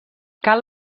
cal